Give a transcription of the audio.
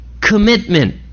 commitment